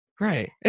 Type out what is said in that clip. Right